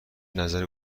نظر